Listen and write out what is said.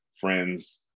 friends